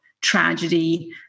tragedy